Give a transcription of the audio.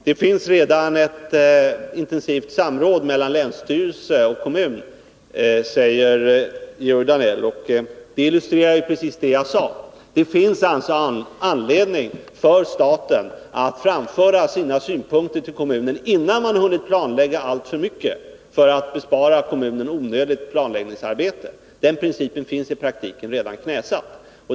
Det finns redan ett intensivt samråd mellan länsstyrelse och kommun, att förhindra be säger Georg Danell. Det illustrerar ju precis det jag sade. Det finns alltså anledning för staten att, innan planläggningen hunnit alltför långt, framföra sina synpunkter till kommunen för att bespara kommunen onödigt planläggningsarbete. Den principen är i praktiken redan knäsatt.